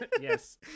Yes